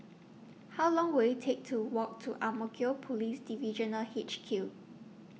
How Long Will IT Take to Walk to Ang Mo Kio Police Divisional H Q